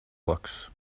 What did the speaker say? looks